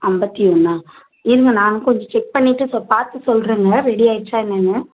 ஐம்பத்தி ஒன்றா இருங்கள் நான் கொஞ்சம் செக் பண்ணிட்டு சொ பார்த்து சொல்லுறங்க ரெடி ஆயிடுச்சா என்னன்னு